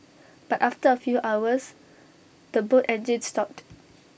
but after A few hours the boat engines stopped